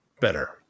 better